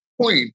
Point